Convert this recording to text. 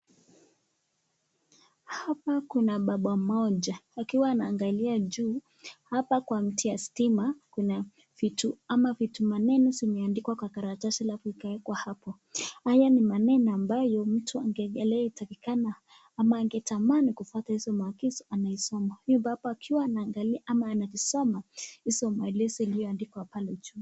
hapa kuna baba moja akiwa anaangalia juu hapa kwa mti wa stima kuna vitu ama vitu maneno zimeandikwa kwa karatasi alafu zikawekwa hapa, haya ni maneno ambayo mtu takikana ama angetamani kufuata hizo maagizo anayesoma huyu baba akiwa anaangalia ama anazisoma hizo maelezo iliyoandikwa pale juu.